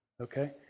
Okay